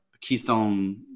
keystone